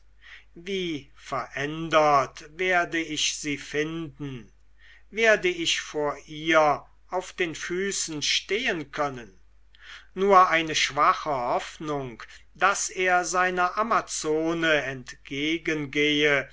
wie verändert werde ich sie finden werde ich vor ihr auf den füßen stehen können nur eine schwache hoffnung daß er seiner amazone entgegengehe